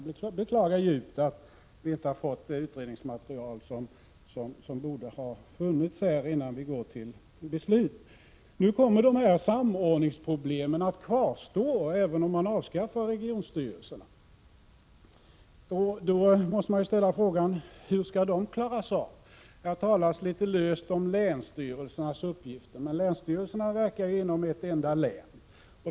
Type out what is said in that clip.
Jag beklagar djupt att vi inte har fått det utredningsmaterial som borde ha funnits, innan vi går till beslut. Nu kommer de här nämnda samordningsproblemen att kvarstå, även om regionstyrelserna avskaffas, och då måste man ställa frågan: Hur skall de klaras av? Här talas litet löst om länsstyrelsernas uppgifter, men länsstyrelsen verkar inom ett enda län.